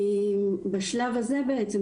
בשלב הזה בעצם,